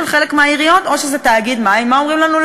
חלק מהעיריות או שזה תאגיד מים מה אומרים לנו?